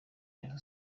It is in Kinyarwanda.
rya